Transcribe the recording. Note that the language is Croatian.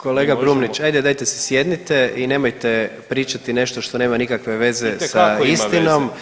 Kolega Brumnić ajde dajte se sjednite i nemojte pričati nešto što nema nikakve veze sa istinom,